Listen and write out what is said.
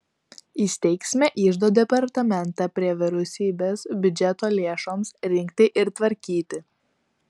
įsteigsime iždo departamentą prie vyriausybės biudžeto lėšoms rinkti ir tvarkyti